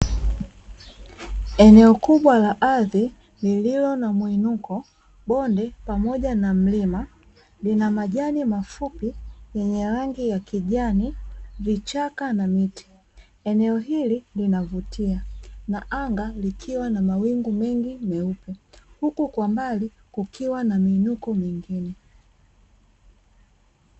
Eneo kubwa la ardhi, lililo na muinuko wa bonde pamoja na mlima, linamajani mafupi yenye rangi ya kijani, vichaka na miti. Eneo hili linavutia, na anga likiwa na mawingu mengi meupe. Huku kwa mbali, kukiwa na miinuko mingine .